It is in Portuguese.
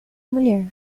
mulher